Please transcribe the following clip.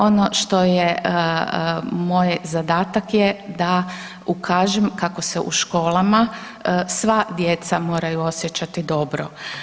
Ono što je moj zadatak je da ukažem kako se u školama sva djeca moraju osjećati dobro.